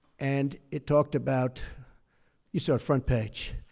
and it talked about you saw it, front page.